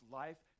life